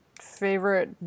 favorite